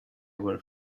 were